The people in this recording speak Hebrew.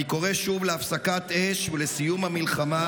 אני קורא שוב להפסקת אש ולסיום המלחמה,